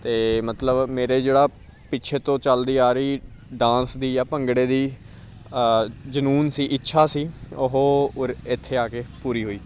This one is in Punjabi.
ਅਤੇ ਮਤਲਬ ਮੇਰੇ ਜਿਹੜਾ ਪਿੱਛੇ ਤੋਂ ਚੱਲਦੀ ਆ ਰਹੀ ਡਾਂਸ ਦੀ ਜਾਂ ਭੰਗੜੇ ਦੀ ਜਨੂੰਨ ਸੀ ਇੱਛਾ ਸੀ ਉਹ ਉਰ ਇੱਥੇ ਆ ਕੇ ਪੂਰੀ ਹੋਈ